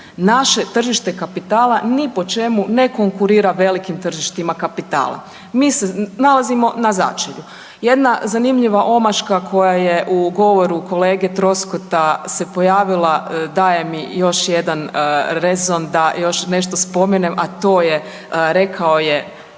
naše tržište kapitala ni po čemu ne konkurira velikim tržištima kapitala, mi se nalazimo na začelju. Jedna zanimljiva omaška koja je u govoru kolege Troskota se pojavila daje mi još jedan rezon da još nešto spomenem, a to je rekao je